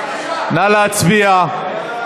נא להצביע.